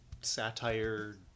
satire